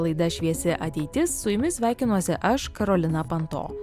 laida šviesi ateitis su jumis sveikinuosi aš karolina panto